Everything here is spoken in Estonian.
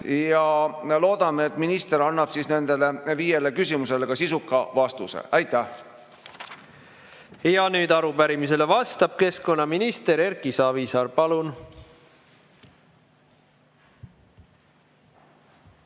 Loodame, et minister annab nendele viiele küsimusele sisuka vastuse. Aitäh! Arupärimisele vastab keskkonnaminister Erki Savisaar. Palun!